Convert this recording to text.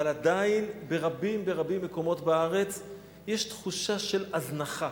אבל עדיין ברבים מהמקומות בארץ יש תחושה של הזנחה.